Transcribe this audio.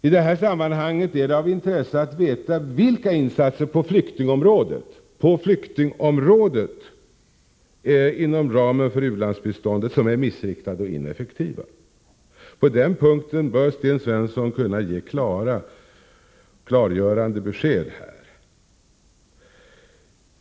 I detta sammanhang är det av intresse att veta vilka insatser på flyktingområdet inom ramen för u-landsbiståndet som är missriktade och ineffektiva. På den punkten bör Sten Svensson kunna ge ett klargörande besked.